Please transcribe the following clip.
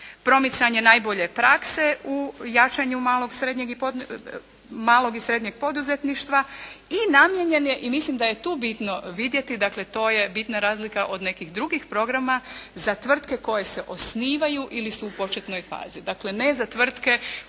promicanje najbolje prakse u jačanju malog i srednjeg poduzetništva i namijenjen je, i mislim da je tu bitno vidjeti, dakle, to je bitna razlika od nekih drugih programa za tvrtke koje se osnivaju ili su u početnoj fazi. Dakle, ne za tvrtke koje imaju